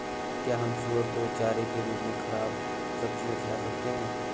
क्या हम सुअर को चारे के रूप में ख़राब सब्जियां खिला सकते हैं?